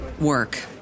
work